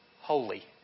holy